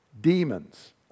Demons